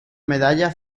medalla